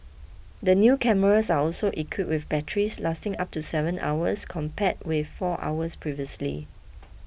the new cameras are also equipped with batteries lasting up to seven hours compared with four hours previously